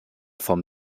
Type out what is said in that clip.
vom